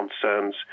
concerns